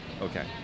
Okay